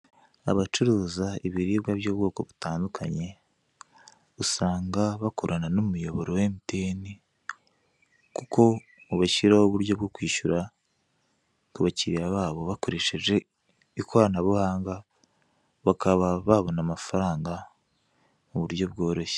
Abancuruza ibiribwa by'ubwoko butandukanye, usanga bakorana n'umuyoboro wa Emutiyeni, kuko ubashyiriraho uburyo bwo kwishyura ku bakiriya babo bakoresheje ikoranabuhanga, bakaba babona amafaranga mu buryo bworoshye.